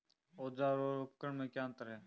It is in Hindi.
औज़ार और उपकरण में क्या अंतर है?